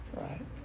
right